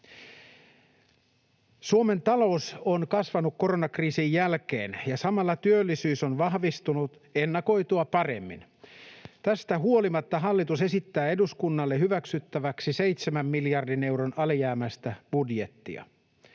Suomen talous on kasvanut koronakriisin jälkeen, ja samalla työllisyys on vahvistunut ennakoitua paremmin. Tästä huolimatta hallitus esittää eduskunnalle hyväksyttäväksi 7 miljardin euron alijäämäistä budjettia.